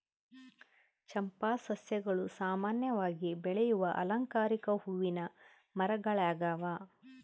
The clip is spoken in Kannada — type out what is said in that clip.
ಚಂಪಾ ಸಸ್ಯಗಳು ಸಾಮಾನ್ಯವಾಗಿ ಬೆಳೆಯುವ ಅಲಂಕಾರಿಕ ಹೂವಿನ ಮರಗಳಾಗ್ಯವ